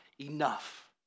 enough